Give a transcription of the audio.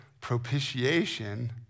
propitiation